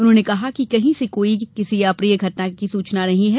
उन्होंने कहा कि कहीं से कोई भी अप्रिय घटना की खबर नहीं है